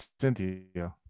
Cynthia